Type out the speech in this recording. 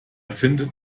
findet